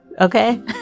Okay